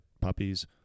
puppies